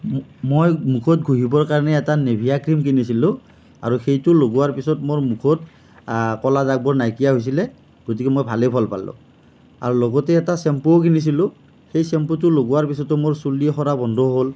মই মুখত ঘঁহিবৰ কাৰণে এটা নেভিয়া ক্ৰিম কিনিছিলোঁ আৰু সেইটো লগোৱাৰ পিছত মোৰ মুখত কলা দাগবোৰ নাইকিয়া হৈছিলে গতিকে মই ভালেই ফল পালোঁ আৰু লগতে এটা চেম্পুও কিনিছিলোঁ সেই চেম্পুটো লগোৱাৰ পিছতো মোৰ চুলি সৰা বন্ধ হ'ল